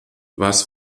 was